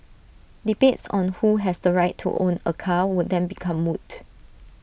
debates on who has the right to own A car would then become moot